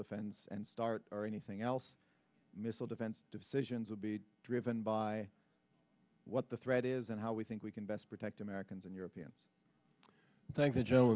defense and start or anything else missile defense decisions will be driven by what the threat is and how we think we can best protect americans and europeans thank the